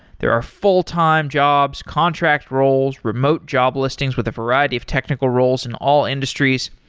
there are fulltime jobs, contract roles, remote job listings with a variety of technical roles in all industries,